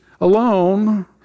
Alone